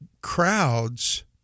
Crowds